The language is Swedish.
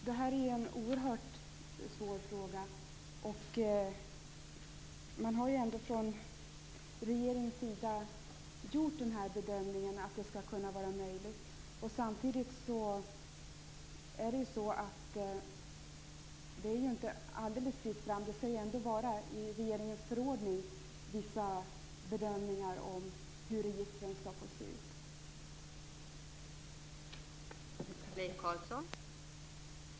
Fru talman! Detta är en oerhört svår fråga. Regeringen har gjort bedömningen att det här skall kunna vara möjligt. Samtidigt är det inte alldeles fritt fram. Vissa bedömningar skall göras i regeringens förordning om hur registren skall få se ut.